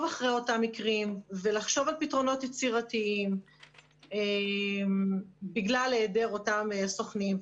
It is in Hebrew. אחרי אותם מקרים ולחשוב על פתרונות יצירתיים בגלל היעדר אותם סוכנים.